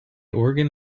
organ